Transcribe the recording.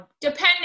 depending